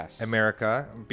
America